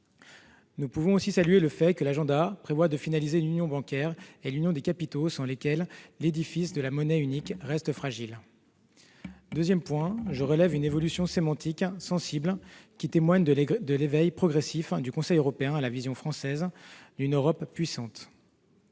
Nous pouvons aussi saluer le fait que l'agenda prévoit de finaliser l'union bancaire et l'union des marchés de capitaux, sans lesquelles l'édifice de la monnaie unique reste fragile. Deuxième point : je relève une évolution sémantique sensible qui témoigne de l'éveil progressif du Conseil européen à la vision française d'une Europe-puissance.